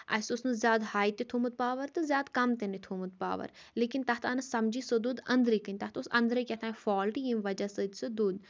اَسہِ اوس نہٕ زیادٕ ہاے تہِ تھومُت پاور تہٕ زیادٕ کَم تہِ نہٕ تھومُت پاور لیکِن تَتھ آنہٕ سَمجھٕے سۄ دوٚد أنٛدرٕ کٕنۍ تَتھ اوس أندرٕ کیٚتھ تانۍ فالٹ ییٚمہِ وجہہ سۭتۍ سُہ دوٚد